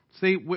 See